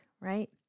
right